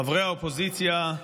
חברי האופוזיציה,